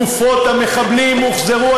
גופות המחבלים הוחזרו,